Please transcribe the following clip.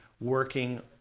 working